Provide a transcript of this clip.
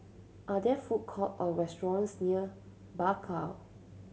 are there food court or restaurants near Bakau